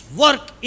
work